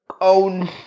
own